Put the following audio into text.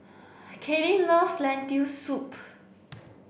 Kaylynn loves Lentil soup